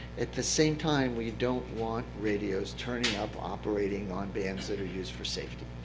at the same time, we don't want radios turning up operating on bands that are used for safety.